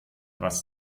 was